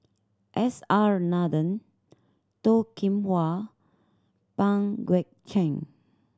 S R Nathan Toh Kim Hwa Pang Guek Cheng